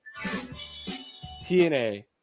TNA